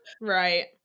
right